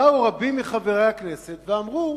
באו רבים מחברי הכנסת ואמרו: